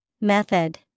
Method